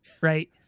right